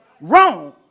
wrong